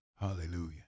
Hallelujah